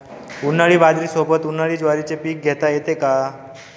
उन्हाळी बाजरीसोबत, उन्हाळी ज्वारीचे पीक घेता येते का?